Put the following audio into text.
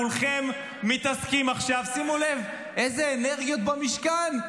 כולכם מתעסקים עכשיו, שימו לב איזה אנרגיות במשכן.